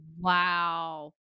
Wow